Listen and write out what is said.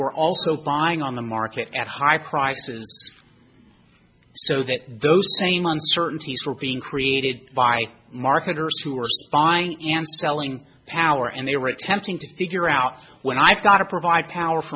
also buying on the market at high prices so that those same uncertainties were being created by marketers who are spying and selling power and they were attempting to figure out when i've got to provide power for